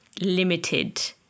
limited